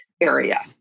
area